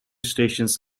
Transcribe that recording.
stations